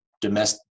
domestic